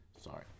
Sorry